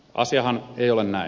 asiahan ei ole näin